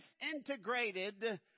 disintegrated